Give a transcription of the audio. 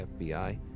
FBI